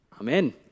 Amen